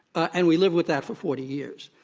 and we lived with that for forty years.